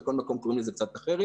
בכל מקום קוראים לזה קצת אחרת